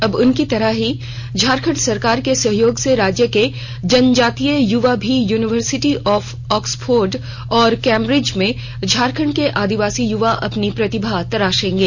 अब उनकी तरह ही झारखंड सरकार के सहयोग से राज्य के जनजातीय युवा भी यूनिवर्सिटी ऑफ ऑक्सफोर्ड और कैम्प्रिज में झारखण्ड के आदिवासी युवा अपनी प्रतिभा तरासेंगे